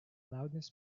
loudness